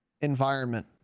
environment